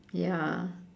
ya